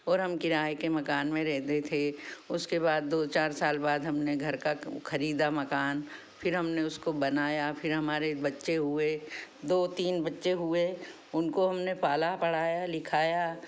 और हम किराये के मकान में रहते थे उसके बाद दो चार साल बाद हमने घर का खरीदा मकान फिर हमने उसको बनाया फिर हमारे बच्चे हुए दो तीन बच्चे हुए उनको हमने पाला पढ़ाया लिखाया